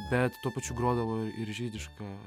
bet tuo pačiu grodavo ir žydišką